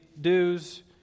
dues